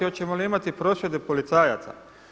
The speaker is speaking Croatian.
Hoćemo li imati prosvjed policajaca?